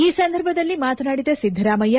ಈ ಸಂದರ್ಭದಲ್ಲಿ ಮಾತನಾಡಿದ ಸಿದ್ದರಾಮಯ್ಯ